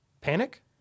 Panic